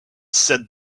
said